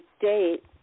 date